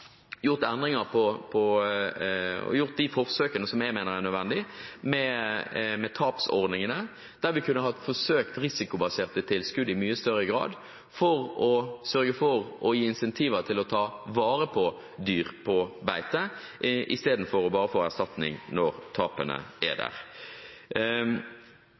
gjort de forsøkene med tapsordningene som jeg mener er nødvendige, der vi kunne ha forsøkt risikobaserte tilskudd i mye større grad for å sørge for å gi incentiver til å ta vare på dyr på beite istedenfor bare å få erstatning når tapene er der.